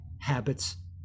habits